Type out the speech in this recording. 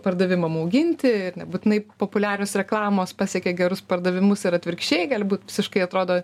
pardavimam auginti ir nebūtinai populiarios reklamos pasiekia gerus pardavimus ir atvirkščiai gali būt visiškai atrodo